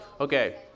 Okay